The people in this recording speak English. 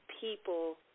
people